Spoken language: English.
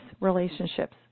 relationships